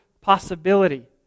possibility